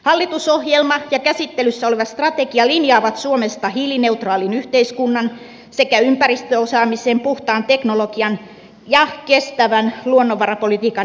hallitusohjelma ja käsittelyssä oleva strategia linjaavat suomesta hiilineutraalin yhteiskunnan sekä ympäristöosaamisen puhtaan teknologian ja kestävän luonnonvarapolitiikan edelläkävijän